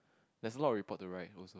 there's a lot of report to write also